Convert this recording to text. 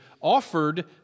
offered